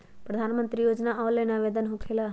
प्रधानमंत्री योजना ऑनलाइन आवेदन होकेला?